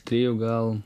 trijų gal